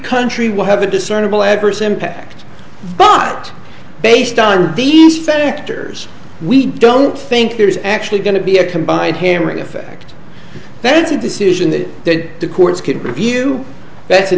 country will have a discernible adverse impact but based on these factors we don't think there's actually going to be a combined hearing effect that's a decision that they the courts could review that's a